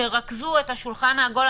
תרכזו את השולחן העגול.